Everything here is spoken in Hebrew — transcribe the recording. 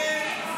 התשפ"ד 2024,